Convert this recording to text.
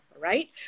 right